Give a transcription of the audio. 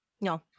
No